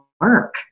work